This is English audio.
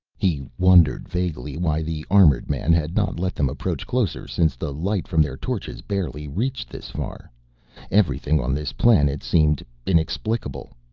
he wondered vaguely why the armored man had not let them approach closer since the light from their torches barely reached this far everything on this planet seemed inexplicable.